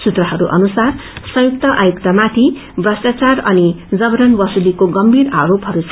सुन्नहरू अनुसार संयुक्त आयुक्तमाथि प्रष्टाचार औ जबरन वसूलीको गम्भीर आरोपहरू छन्